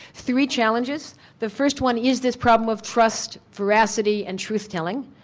three challenges the first one is this problem of trust, veracity and truth telling.